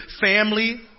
family